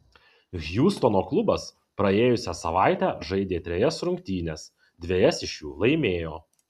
hjustono klubas praėjusią savaitę žaidė trejas rungtynes dvejas iš jų laimėjo